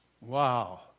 Wow